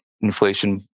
inflation